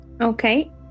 Okay